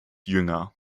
jünger